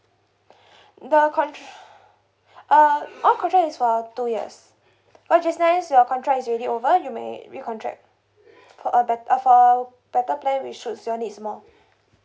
the con~ uh all contract is for two years oh just nice your contract is already over you may recontract for a bet~ uh for a better plan which suits your needs more